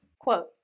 Quote